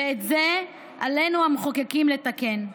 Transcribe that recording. ואת זה עלינו לתקן.